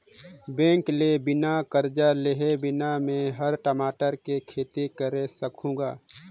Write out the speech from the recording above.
bank ले बिना करजा लेहे बिना में हर टमाटर के खेती करे सकहुँ गा